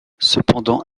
cependant